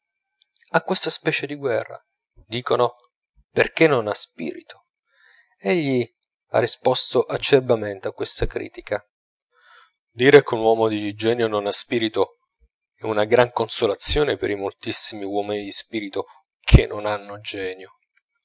a questa specie di guerra dicono perchè non ha spirito egli ha risposto acerbamente a questa critica dire che un uomo di genio non ha spirito è una gran consolazione per i moltissimi uomini di spirito che non hanno genio